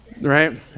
Right